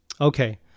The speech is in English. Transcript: Okay